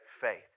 faith